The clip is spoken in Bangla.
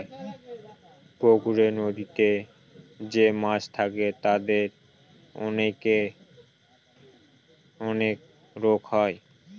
পুকুরে, নদীতে যে মাছ থাকে তাদের অনেক রোগ হয়